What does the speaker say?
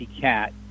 cat